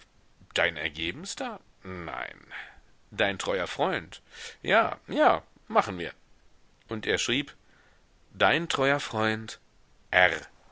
dein ergebenster nein dein treuer freund ja ja machen wir und er schrieb dein treuer freund